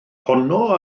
honno